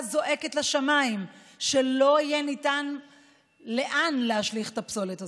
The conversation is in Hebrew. זועקת לשמיים שלא יהיה לאן להשליך את הפסולת הזאת,